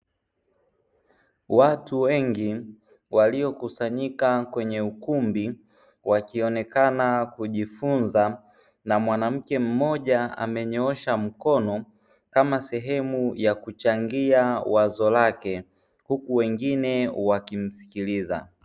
Watu wengi waliokusanyika kwenye ukumbi wakionekana kujifunza na mwanamke mmoja amenyoosha mkono, kama sehemu ya kuchangia wazo lake huku wengine wakimsikiliza.